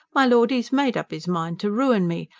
my lord e's made up his mind to ruin me.